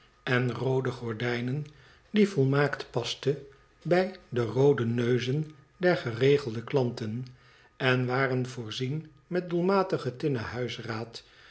en roode gordijnen die volmaakt pasten bij de roode neuzen der geregelde klanten en waren voorzien met doelmatig tinnen huisraad